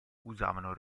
usavano